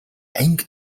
анги